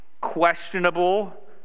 questionable